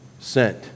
sent